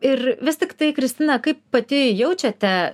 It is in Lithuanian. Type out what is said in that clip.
ir vis tiktai kristina kaip pati jaučiate